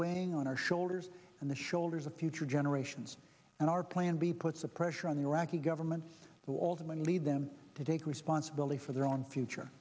weighing on our shoulders and the shoulders of future generations and our plan b puts the pressure on the iraqi governments who ultimately lead them to take responsibility for their own future